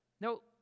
No